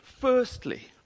Firstly